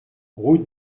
route